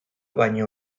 baino